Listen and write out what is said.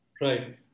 Right